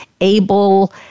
able